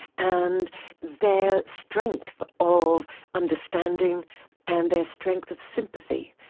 and their strength of understanding and their strength of sympathy.